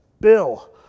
Bill